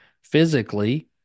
physically